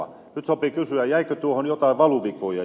nyt sopii kysyä jäikö tuohon jotain valuvikoja